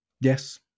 Yes